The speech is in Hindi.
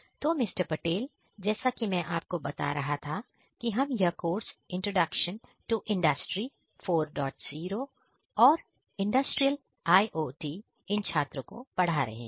तो मिस्टर पटेल जैसा कि मैं आपको बता रहा था कि हम यह कोर्स इंट्रोडक्शन टू इंडस्ट्री 40 और इंडस्ट्रियल IOT इन छात्रों को पढ़ा रहे हैं